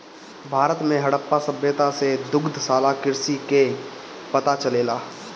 भारत में हड़प्पा सभ्यता से दुग्धशाला कृषि कअ पता चलेला